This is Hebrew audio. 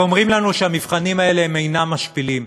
ואומרים לנו שהמבחנים האלה אינם משפילים.